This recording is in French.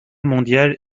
mondiale